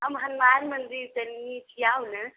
हम हनुमान मन्दिर सामने छी आउ ने